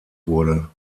wurde